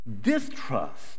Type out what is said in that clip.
distrust